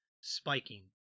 spiking